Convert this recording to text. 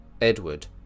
Edward